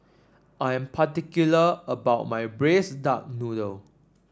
I am particular about my Braised Duck Noodle